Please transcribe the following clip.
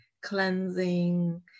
cleansing